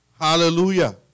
Hallelujah